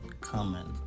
comment